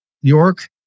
York